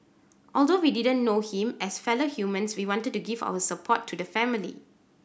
although we didn't know him as fellow humans we wanted to give our support to the family